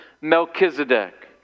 Melchizedek